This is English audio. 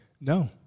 No